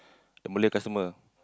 the Malay customer